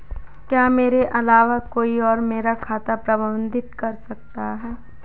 क्या मेरे अलावा कोई और मेरा खाता प्रबंधित कर सकता है?